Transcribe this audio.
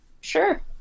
Sure